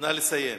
נא לסיים.